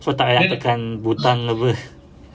so tak payah tekan butang ke apa